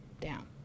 down